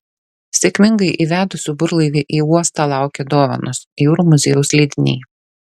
sėkmingai įvedusių burlaivį į uostą laukia dovanos jūrų muziejaus leidiniai